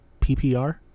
PPR